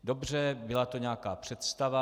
Dobře, byla to nějaká představa.